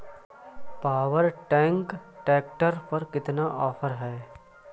Power track tractor पर कितना offer है?